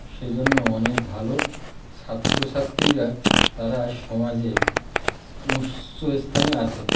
সেজন্য অনেক ভালো ছাত্রছাত্রীরা তারা সমাজে উচ্চস্থানে আছে